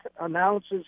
announces